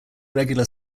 regular